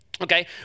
Okay